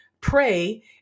Pray